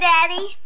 Daddy